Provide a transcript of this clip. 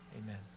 Amen